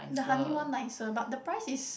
the honey one nicer but the price is